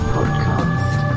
Podcast